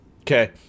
Okay